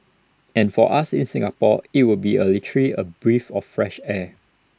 and for us in Singapore IT would be literally A breath of fresh air